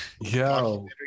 Yo